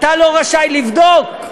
אתה לא רשאי לבדוק,